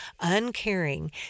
uncaring